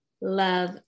love